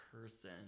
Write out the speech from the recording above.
person